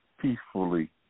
peacefully